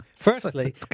Firstly